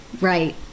right